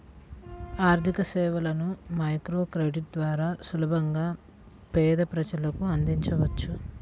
ఆర్థికసేవలను మైక్రోక్రెడిట్ ద్వారా సులభంగా పేద ప్రజలకు అందించవచ్చు